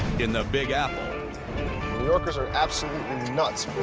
in the big apple. new yorkers are absolutely nuts.